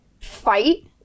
fight